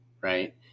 Right